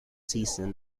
season